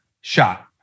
shot